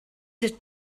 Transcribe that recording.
had